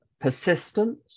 persistent